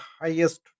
highest